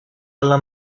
alla